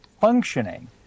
functioning